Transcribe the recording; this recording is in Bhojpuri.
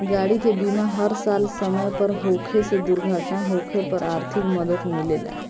गाड़ी के बीमा हर साल समय पर होखे से दुर्घटना होखे पर आर्थिक मदद मिलेला